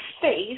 face